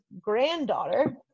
granddaughter